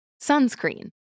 sunscreen